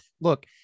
look